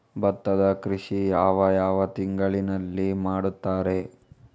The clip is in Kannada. ಭತ್ತದ ಕೃಷಿ ಯಾವ ಯಾವ ತಿಂಗಳಿನಲ್ಲಿ ಮಾಡುತ್ತಾರೆ?